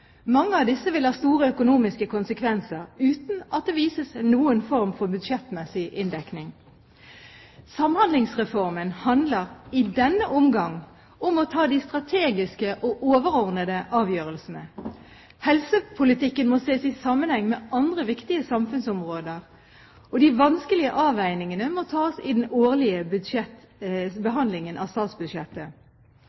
Mange av disse vil ha store økonomiske konsekvenser, uten at det vises til noen form for budsjettmessig inndekning. Samhandlingsreformen handler – i denne omgang – om å ta de strategiske og overordnede avgjørelsene. Helsepolitikken må ses i sammenheng med andre viktige samfunnsområder, og de vanskelige avveiningene må tas i den årlige